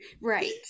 right